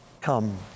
come